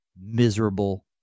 miserable